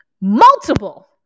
Multiple